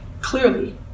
clearly